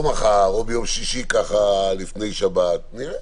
או מחר או ביום שישי לפני שבת נראה.